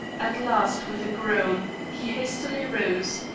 at last, with a groan, he hastily rose,